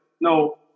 no